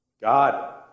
God